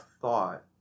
thought